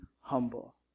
humble